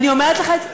אני אומרת לך את זה,